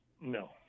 no